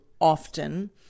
often